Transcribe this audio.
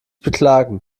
beklagen